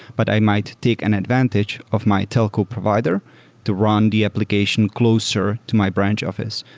but i might take an advantage of my telco provider to run the application closer to my branch office.